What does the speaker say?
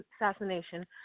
assassination